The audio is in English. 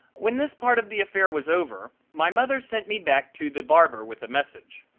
when this part of the affair was over my mother sent me back to the barber with a message.